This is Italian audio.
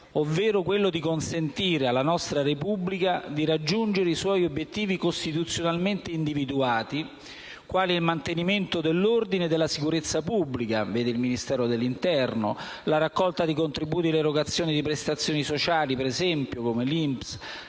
ovvero quello di consentire alla nostra Repubblica di raggiungere i suoi obiettivi costituzionalmente individuati quali il mantenimento dell'ordine e della sicurezza pubblica (il Ministero dell'interno), la raccolta di contributi e l'erogazione di prestazioni sociali (l'INPS),